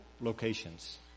locations